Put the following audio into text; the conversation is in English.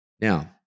Now